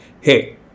hey